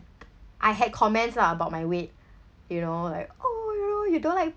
I had comments lah about my weight you know like oh you know you don't like